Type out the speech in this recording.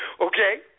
okay